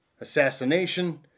Assassination